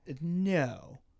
No